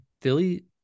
Philly